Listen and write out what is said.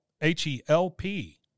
H-E-L-P